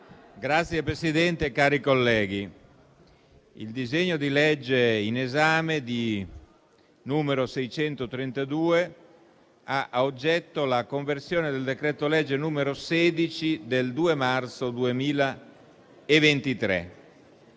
Signor Presidente, cari colleghi, il disegno di legge in esame, n. 632, ha ad oggetto la conversione del decreto-legge n. 16 del 2 marzo 2023.